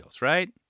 right